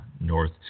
north